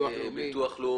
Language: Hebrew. ביטוח לאומי?